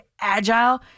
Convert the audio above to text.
agile